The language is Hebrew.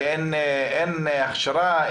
אין הכשרה?